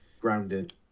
grounded